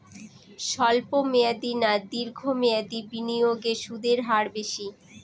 স্বল্প মেয়াদী না দীর্ঘ মেয়াদী বিনিয়োগে সুদের হার বেশী?